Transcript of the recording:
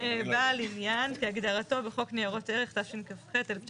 שהוא בעל עניין כהגדרתו בחוק ניירות ערך תשכ"ח-1968.